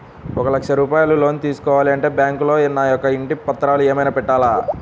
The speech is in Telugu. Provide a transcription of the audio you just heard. ఒక లక్ష రూపాయలు లోన్ తీసుకోవాలి అంటే బ్యాంకులో నా యొక్క ఇంటి పత్రాలు ఏమైనా పెట్టాలా?